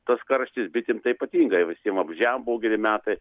tas karštis bitėm tai ypatingai visiem vabzdžiam buvo geri metai